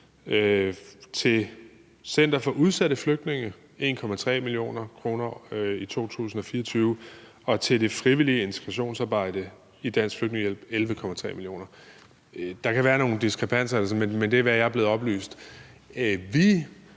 til Center for Udsatte Flygtninge 1,3 mio. kr. i 2024, og til det frivillige integrationsarbejde i Dansk Flygtningehjælp giver vi 11,3 mio. kr. Der kan være nogle diskrepanser, men det er, hvad jeg er blevet oplyst.